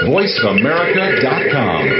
VoiceAmerica.com